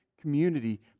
community